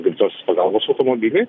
greitosios pagalbos automobiliai